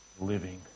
living